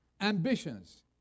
ambitions